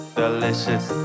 delicious